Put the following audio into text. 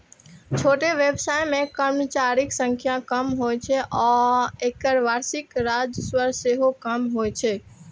छोट व्यवसाय मे कर्मचारीक संख्या कम होइ छै आ एकर वार्षिक राजस्व सेहो कम होइ छै